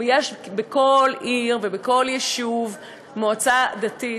יש בכל עיר ובכל יישוב מועצה דתית